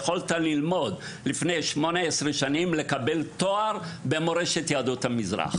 שבו יכולת לקבל תואר במורשת יהדות המזרח